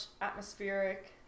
atmospheric